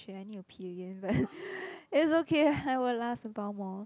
!shit! I need to pee again but it's okay I will last about more